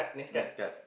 next card